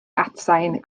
atsain